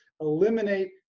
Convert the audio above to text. eliminate